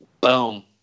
Boom